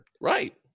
Right